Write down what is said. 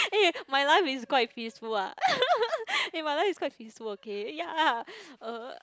eh my life is quite peaceful ah my life is quite peaceful okay ya